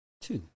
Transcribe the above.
two